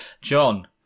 john